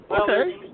okay